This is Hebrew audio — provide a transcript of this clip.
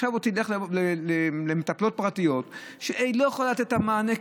האישה הזאת תלך למטפלת פרטית שלא יכולה לתת מענה.